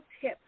tip